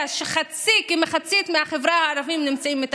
וכן, אני מסכים איתך לחלוטין.